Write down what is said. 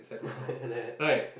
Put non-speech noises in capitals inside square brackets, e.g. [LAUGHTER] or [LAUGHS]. [LAUGHS] yeah that